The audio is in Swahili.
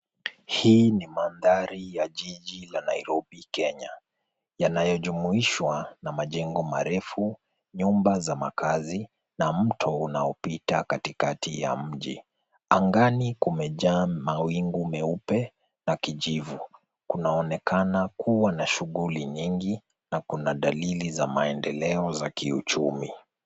Hii ni mandhari ya jiji la Nairobi Kenya, yanayojumuishwa na majengo marefu, nyumba za makazi na mto unaopita katikati ya mji. Angani kumejaa mawingu meupe la kijivu, kunaonekana kuwa na shughuli nyingi na kuna dalili za maendeleo za kiuchumi.